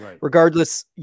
Regardless